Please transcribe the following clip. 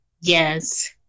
Yes